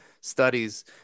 studies